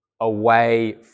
away